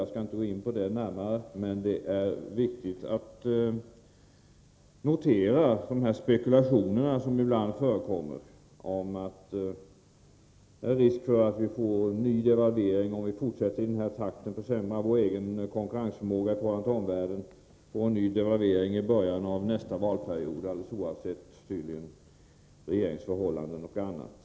Jag skall inte gå in närmare på den, men det är viktigt att notera de spekulationer som ibland förekommer om risken för att vi, om vi fortsätter att i denna takt försämra vår egen konkurrensförmåga i förhållande till omvärlden, får en ny devalvering i början av nästa valperiod — alldeles oavsett regeringsförhållanden och annat.